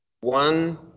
one